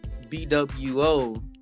BWO